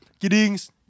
Kiddings